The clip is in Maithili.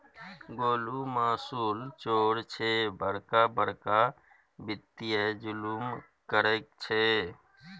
गोलु मासुल चोर छै बड़का बड़का वित्तीय जुलुम करय छै